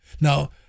Now